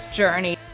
journey